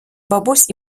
бабусь